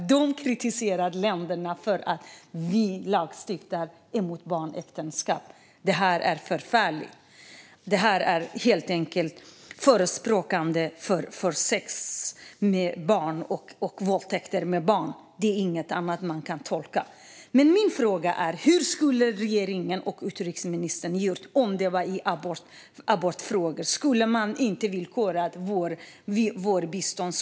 Länder kritiserar oss för att vi lagstiftar mot barnäktenskap. Detta är förfärligt. Detta innebär helt enkelt att man förespråkar sex med barn och våldtäkter av barn. Det kan man inte tolka på något annat sätt. Min fråga är: Hur skulle regeringen och utrikesministern gjort om det hade handlat om abortfrågor? Skulle man inte ha villkorat vårt bistånd?